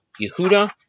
Yehuda